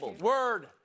word